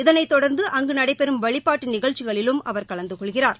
இதனைத் தொடர்ந்து அங்கு நடைபெறும் வழிபாட்டு நிகழ்ச்சிகளிலும் அவர் கலந்து கொள்கிறார்